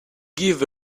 give